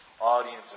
audience